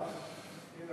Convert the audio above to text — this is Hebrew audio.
הנה,